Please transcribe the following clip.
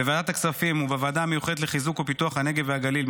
בוועדת הכספים ובוועדה המיוחדת לחיזוק ופיתוח הנגב והגליל,